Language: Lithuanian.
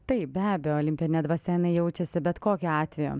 taip be abejo olimpinė dvasia jinai jaučiasi bet kokiu atveju